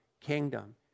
kingdom